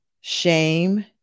shame